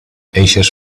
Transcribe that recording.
eixes